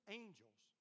angels